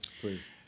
please